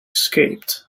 escaped